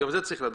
גם זה צריך לדעת.